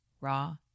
raw